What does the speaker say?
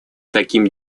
таким